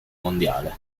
mondiale